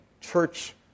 church